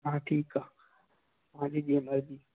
हा ठीकु आहे तव्हां जी जीअं मर्ज़ी